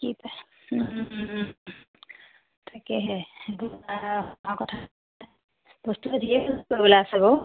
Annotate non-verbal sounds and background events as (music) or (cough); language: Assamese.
(unintelligible)